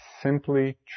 Simply